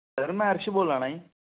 sir में अर्श बोला करना